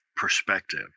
perspective